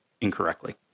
incorrectly